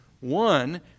One